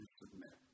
submit